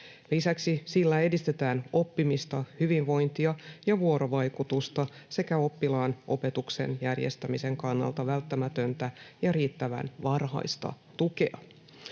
Lisäksi sillä edistetään oppimista, hyvinvointia ja vuorovaikutusta sekä oppilaan opetuksen järjestämisen kannalta välttämätöntä ja riittävän varhaista tukea.